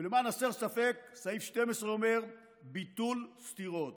ולמען הסר ספק, סעיף 12 אומר, ביטול סתירות: